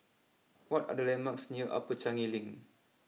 what are the landmarks near Upper Changi Link